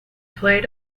played